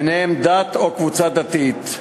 ביניהן דת או קבוצה דתית.